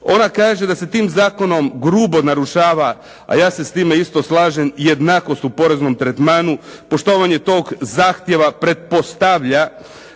Ona kaže da se tim zakonom grubo narušava, a ja se s time isto slažem, jednakost u poreznom tretmanu, poštovanje tog zahtjeva pretpostavlja